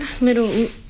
little